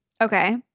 Okay